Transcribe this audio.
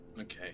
okay